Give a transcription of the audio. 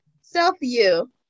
Self-You